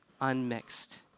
unmixed